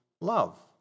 love